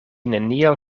neniel